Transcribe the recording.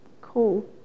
Cool